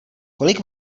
kolik